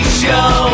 show